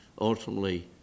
Ultimately